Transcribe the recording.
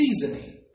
seasoning